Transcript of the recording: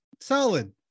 solid